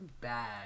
bad